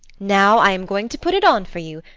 now, i am going to put it on for you.